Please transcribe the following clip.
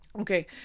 Okay